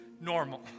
normal